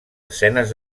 escenes